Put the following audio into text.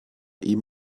ihm